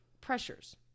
pressures